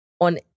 on